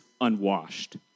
unwashed